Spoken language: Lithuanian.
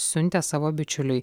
siuntė savo bičiuliui